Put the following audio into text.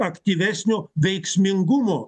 aktyvesnio veiksmingumo